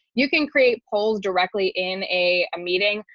you can create polls directly in a meeting,